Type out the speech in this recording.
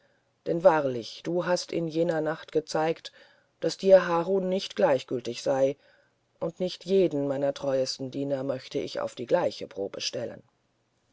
denn wahrlich du hast in jener nacht gezeigt daß dir harun nicht gleichgültig sei und nicht jeden meiner treuesten diener möchte ich auf gleiche probe stellen